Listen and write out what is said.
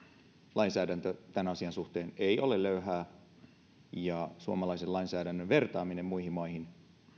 lainsäädäntö tämän asian suhteen ei ole löyhää ja suomalaisen lainsäädännön vertaaminen muihin maihin